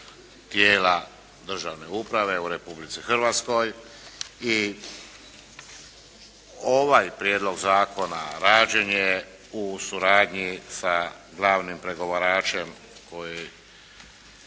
tijela državne uprave u Republici Hrvatskoj. I ovaj prijedlog zakona rađen je u suradnji sa glavnim pregovaračem koji